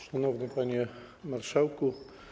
Szanowny Panie Marszałku!